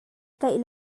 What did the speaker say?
tlaih